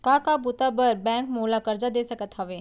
का का बुता बर बैंक मोला करजा दे सकत हवे?